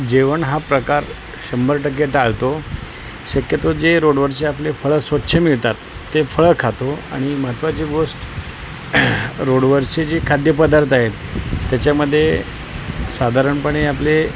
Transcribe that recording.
जेवण हा प्रकार शंभर टक्के टाळतो शक्यतो जे रोडवरचे आपले फळं स्वच्छ मिळतात ते फळं खातो आणि महत्त्वाची गोष्ट रोडवरचे जे खाद्यपदार्थ आहेत त्याच्यामध्ये साधारणपणे आपले